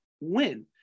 win